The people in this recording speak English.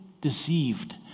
deceived